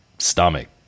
stomach